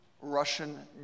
Russian